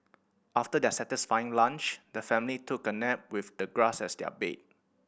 after their satisfying lunch the family took a nap with the grass as their bed